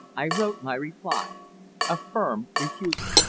i wrote my reply a firm refusal.